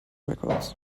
records